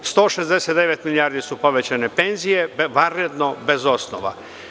Dakle, 169 milijardi su povećane penzije, vanredno, bez osnova.